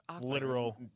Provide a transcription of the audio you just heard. literal